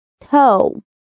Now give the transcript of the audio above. toe